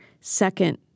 second